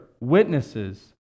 witnesses